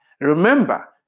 Remember